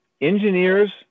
Engineers